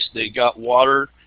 they got water.